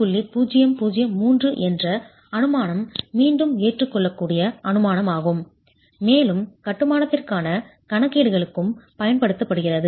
003 என்ற அனுமானம் மீண்டும் ஏற்றுக்கொள்ளக்கூடிய அனுமானமாகும் மேலும் கட்டுமானத்திற்கான கணக்கீடுகளுக்கும் பயன்படுத்தப்படுகிறது